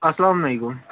اسلامُ علیکم